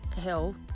health